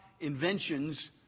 inventions